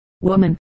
woman